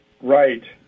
Right